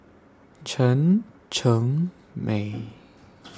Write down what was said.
Chen Cheng Mei